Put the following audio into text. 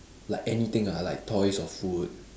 like anything ah like toys or food